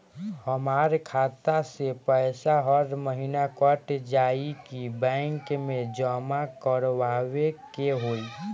हमार खाता से पैसा हर महीना कट जायी की बैंक मे जमा करवाए के होई?